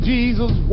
Jesus